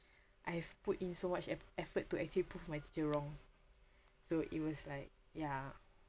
I've put in so much e~ effort to actually prove my teacher wrong so it was like ya